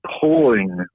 pulling